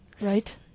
Right